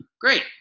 Great